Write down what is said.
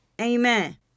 Amen